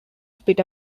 split